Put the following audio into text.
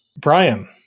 Brian